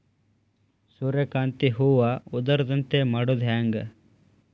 ಸೂರ್ಯಕಾಂತಿ ಹೂವ ಉದರದಂತೆ ಮಾಡುದ ಹೆಂಗ್?